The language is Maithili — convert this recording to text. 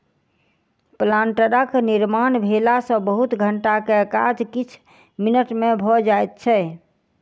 प्लांटरक निर्माण भेला सॅ बहुत घंटा के काज किछ मिनट मे भ जाइत छै